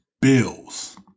Bills